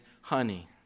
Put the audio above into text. honey